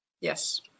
Yes